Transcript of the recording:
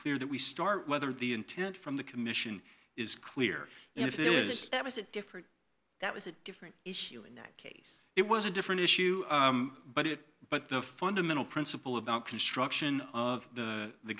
clear that we start whether the intent from the commission is clear and if it is that is it different that was a different issue in that case it was a different issue but it but the fundamental principle about construction of the